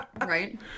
Right